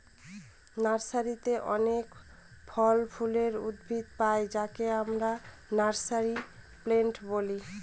নার্সারিতে অনেক ফল ফুলের উদ্ভিদ পাই যাকে আমরা নার্সারি প্লান্ট বলি